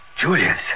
Julius